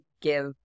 give